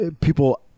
people